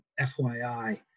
FYI